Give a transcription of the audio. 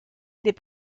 des